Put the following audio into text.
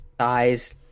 size